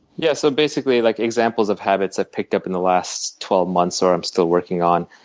yeah so basically like examples of habits i've picked up in the last twelve months or i'm still working on,